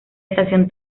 estación